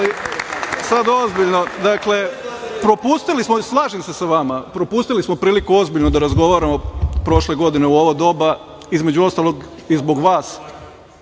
vas. Sad ozbiljno. Dakle, slažem se sa vama. Propustili smo priliku ozbiljno da razgovaramo prošle godine u ovo doba. Između ostalog, i zbog vas,